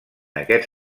aquests